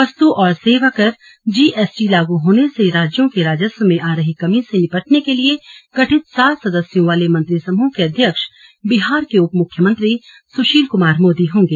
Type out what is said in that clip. वस्तु और सेवा कर जीएसटी लागू होने से राज्यों के राजस्व में आ रही कमी से निपटने के लिए गठित सात सदस्यों वाले मंत्रिसमूह के अध्यक्ष बिहार के उप मुख्यमंत्री सुशील कुमार होंगे